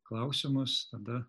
klausimus tada